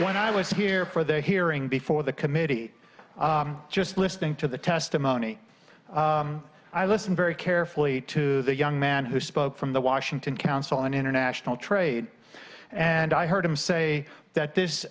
when i was here for the hearing before the committee just listening to the testimony i listened very carefully to a young man who spoke from the washington council on international trade and i heard him say that this